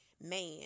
man